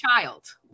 child